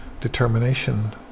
determination